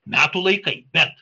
metų laikai bet